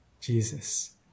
Jesus